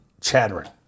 chattering